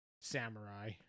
Samurai